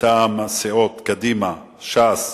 מטעם הסיעות קדימה, ש"ס,